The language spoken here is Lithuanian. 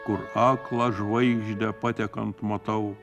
kur aklą žvaigždę patekant matau